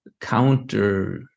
counter